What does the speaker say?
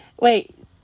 Wait